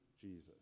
Jesus